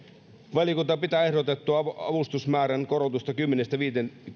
valiokunta pitää ehdotettua avustusmäärän korotusta